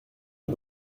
est